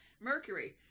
mercury